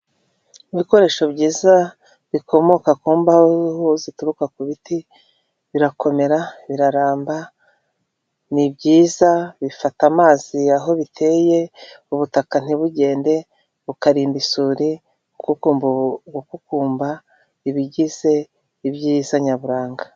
Ibikoresho byiza bikomoka ku mbaho zituruka ku biti birakomera, biraramba, ni byiza bifata amazi aho biteye ubutaka ntibugende, bukarinda isuri kuko gukukumba ibigize ibyiza nyaburanga.